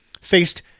faced